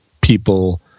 people